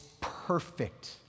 perfect